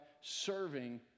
serving